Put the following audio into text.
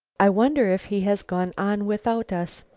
i wonder if he has gone on without us,